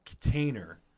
container